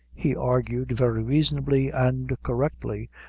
he argued very reasonably and correctly,